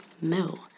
No